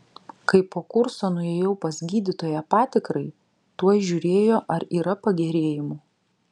kai po kurso nuėjau pas gydytoją patikrai tuoj žiūrėjo ar yra pagerėjimų